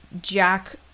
Jack